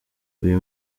uyu